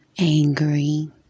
angry